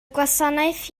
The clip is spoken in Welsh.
gwasanaeth